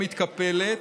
המתקפלת.